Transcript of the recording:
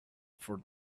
for